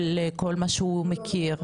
של כל מה שהוא מכיר --- לא,